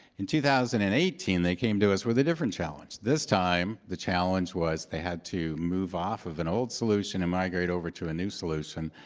in two thousand and eighteen, they came to us with a different challenge. this time, the challenge was they had to move off of an old solution and migrate over to a new solution.